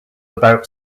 about